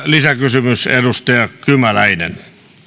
lisäkysymys edustaja kymäläinen